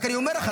אני רק אומר לך.